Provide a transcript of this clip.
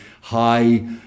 high